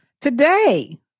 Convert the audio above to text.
today